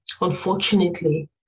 unfortunately